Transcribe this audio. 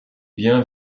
bien